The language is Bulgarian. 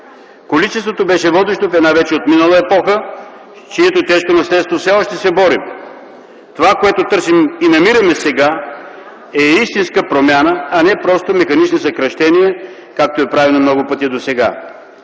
Количеството беше водещо в една вече отминала епоха, с чието тежко наследство все още се борим. Това, което търсим и намираме сега, е истинска промяна, а не просто механични съкращения, както е правено много пъти досега.